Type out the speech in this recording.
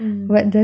mm